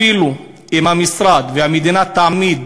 אפילו אם המשרד, המדינה תעמיד